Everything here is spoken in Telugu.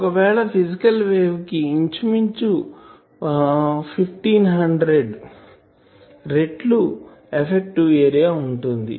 ఒకవేళ ఫిసికల్ వేవ్ కి ఇంచుమించు 1500 రెట్లు ఎఫెక్టివ్ ఏరియా ఉంటుంది